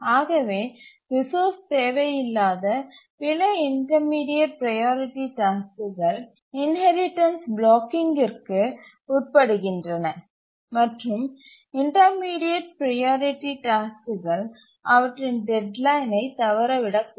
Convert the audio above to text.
ஆகவே ரிசோர்ஸ் தேவையில்லாத பிற இன்டர்மீடியட் ப்ரையாரிட்டி டாஸ்க்குகள் இன்ஹெரிடன்ஸ் பிளாக்கிங்கிற்கு உட்படுகின்றன மற்றும் இன்டர்மீடியட் ப்ரையாரிட்டி டாஸ்க்குகள் அவற்றின் டெட்லைனை தவறவிடக்கூடும்